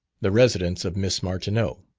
the residence of miss martineau.